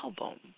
album